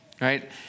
right